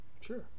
Sure